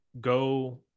go